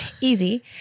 easy